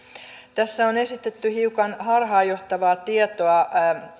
tässä on esitetty hiukan harhaanjohtavaa tietoa